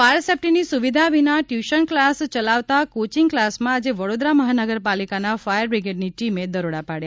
fire સેફ્ટીની સુવિધા વિના ટ્યૂશન ક્લાસ ચલાવતા કોચિંગ ક્લાસમાં આજે વડોદરા મહાનગરપાલિકાના ફાયર બ્રિગેડની ટીમે દરોડો પાડ્યો છે